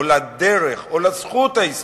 לזכות או לדרך ההיסטורית,